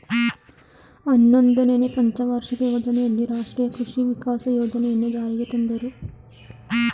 ಹನ್ನೊಂದನೆನೇ ಪಂಚವಾರ್ಷಿಕ ಯೋಜನೆಯಲ್ಲಿ ರಾಷ್ಟ್ರೀಯ ಕೃಷಿ ವಿಕಾಸ ಯೋಜನೆಯನ್ನು ಜಾರಿಗೆ ತಂದರು